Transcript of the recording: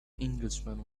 englishman